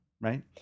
right